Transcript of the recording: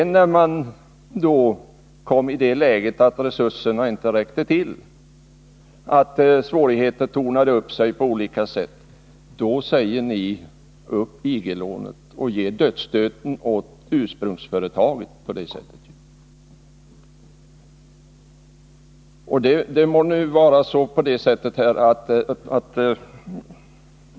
När man sedan kom i det läget att resurserna inte räckte till, att svårigheterna tornade upp sig på olika sätt, då sade ni upp IG-lånet och gav på det sättet dödsstöten åt ursprungsföretaget.